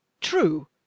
true